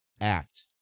Act